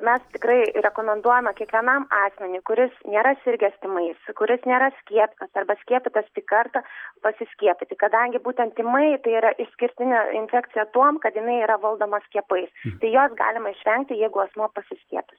mes tikrai rekomenduojame kiekvienam asmeniui kuris nėra sirgęs tymais kuris nėra skiepytas arba skiepytas tik kartą pasiskiepyti kadangi būtent tymai tai yra išskirtinė infekcija tuom kad jinai yra valdoma skiepais tai jos galima išvengti jeigu asmuo pasiskiepys